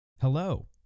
Hello